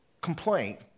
complaint